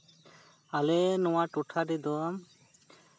ᱟᱞᱮ ᱱᱚᱣᱟ ᱴᱚᱴᱷᱟ ᱨᱮᱫᱚ